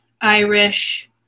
Irish